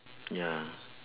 ya